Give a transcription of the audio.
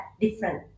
different